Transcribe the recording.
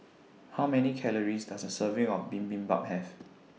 How Many Calories Does A Serving of Bibimbap Have